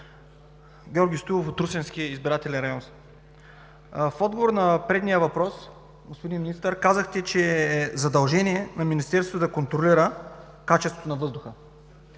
Георги Стоилов, от Русенския избирателен район съм. В отговор на предния въпрос, господин Министър, казахте, че е задължение на Министерството да контролира качеството на въздуха.